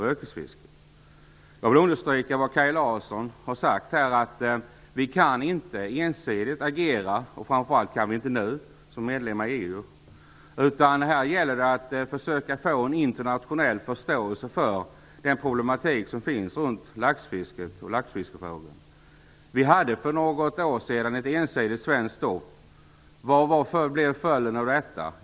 Jag vill understryka vad Kaj Larsson sade, dvs. att vi icke kan agera ensidigt, framför allt inte nu, som medlemmar i EU, utan här gäller det att försöka få en internationell förståelse för den problematik som finns runt laxfisket och laxfiskefrågan. Vi hade för något år sedan ett ensidigt svenskt stopp, och vad blev följden av detta?